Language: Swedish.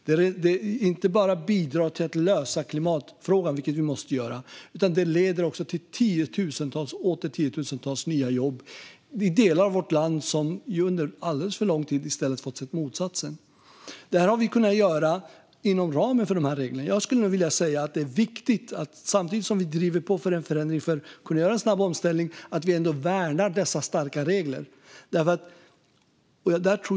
Det bidrar inte bara till att lösa klimatfrågan, vilket vi måste göra, utan leder också till tiotusentals och åter tiotusentals nya jobb i delar av vårt land som under alldeles för lång tid har fått se motsatsen. Det har vi kunnat göra inom ramen för de här reglerna. Det är viktigt att vi samtidigt som vi driver på för en förändring för att kunna göra en snabb omställning ändå värnar dessa starka regler.